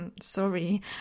Sorry